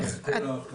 תודה רבה.